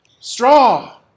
Straw